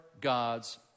God's